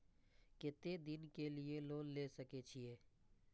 केते दिन के लिए लोन ले सके छिए?